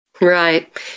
Right